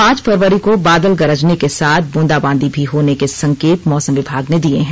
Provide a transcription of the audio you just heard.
पांच फरवरी को बादल गरजने के साथ बुंदाबांदी भी होने के संकेत मौसम विभाग ने दिए हैं